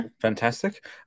fantastic